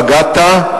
פגעת,